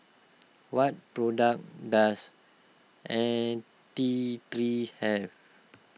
what products does N T three have